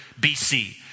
BC